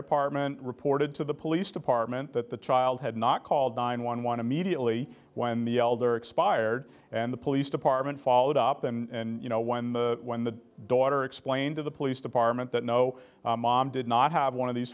department reported to the police department that the child had not called nine one one immediately when the elder expired and the police department followed up and you know when the when the daughter explained to the police department that no mom did not have one of these